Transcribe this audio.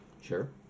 Sure